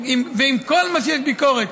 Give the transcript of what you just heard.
ועם כל מה שיש ביקורת,